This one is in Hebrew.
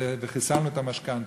וחיסלנו את המשכנתה.